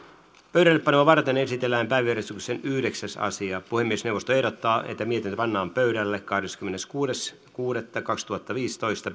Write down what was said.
pöydällepanoa varten esitellään päiväjärjestyksen yhdeksäs asia puhemiesneuvosto ehdottaa että mietintö pannaan pöydälle kahdeskymmeneskuudes kuudetta kaksituhattaviisitoista